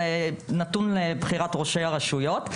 זה נתון לבחירת ראשי הרשויות.